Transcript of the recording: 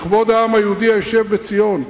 לכבוד העם היהודי היושב בציון.